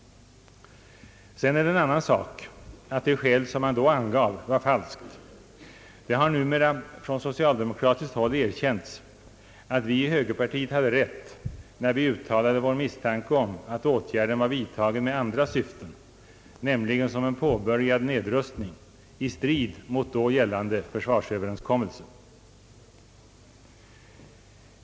Sedan är det en annan sak att det skäl, som man då angav, var falskt. Det har numera från socialdemokratiskt håll erkänts att vi i högerpartiet hade rätt när vi uttalade vår misstanke om att åtgärden var vidtagen i andra syften, nämligen som en påbörjad nedrustning, i strid med då gällande försvarsöverenskommelse.